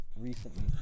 recently